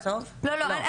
לא,